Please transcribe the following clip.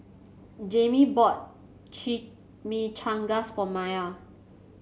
Jamey bought Chimichangas for Myah